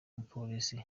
mupolisi